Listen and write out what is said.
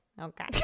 Okay